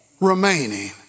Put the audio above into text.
remaining